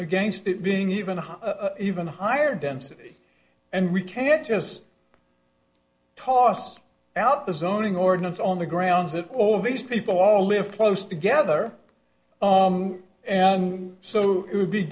against it being even even higher density and we can't just toss out the zoning ordinance on the grounds that all these people all live close together and so it would be